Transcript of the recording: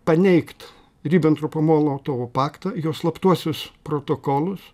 paneigt ribentropo molotovo paktą jo slaptuosius protokolus